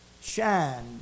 Shine